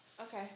Okay